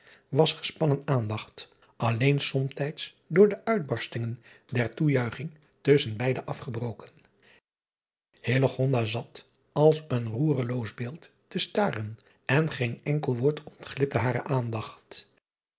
was gespannen aandacht alleen somtijds door de uitbarstingen der toejuiching tusschen beide afgebroken driaan oosjes zn et leven van illegonda uisman zat als een roereloos beeld te staren en geen enkel woord ontglipte hare aandacht